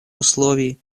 условий